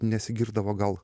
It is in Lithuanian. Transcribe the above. nesigirdavo gal